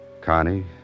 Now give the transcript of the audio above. Connie